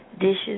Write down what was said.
dishes